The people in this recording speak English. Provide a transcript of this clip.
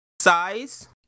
Size